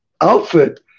outfit